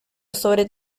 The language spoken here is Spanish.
sobre